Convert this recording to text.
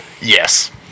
Yes